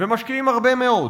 ומשקיעים הרבה מאוד.